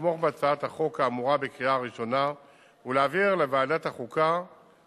לתמוך בהצעת החוק האמורה בקריאה ראשונה ולהעבירה לוועדת החוקה,